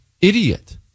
idiot